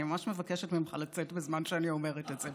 אני ממש מבקשת ממך לצאת בזמן שאני אומרת את זה,